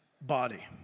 body